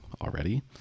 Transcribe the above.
already